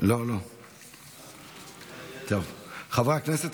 חברי הכנסת,